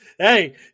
Hey